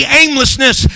aimlessness